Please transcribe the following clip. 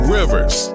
Rivers